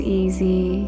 easy